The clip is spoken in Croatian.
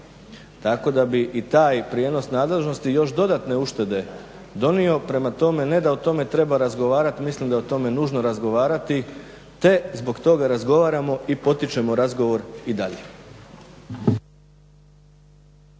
Tako da bi i taj prijenos nadležnosti još dodatne uštede donio. Prema tome, ne da o tome treba razgovarat, mislim da je o tome nužno razgovarati te zbog toga razgovaramo i potičemo razgovor i dalje.